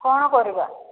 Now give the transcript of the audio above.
କ'ଣ କରିବା